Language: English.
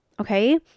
okay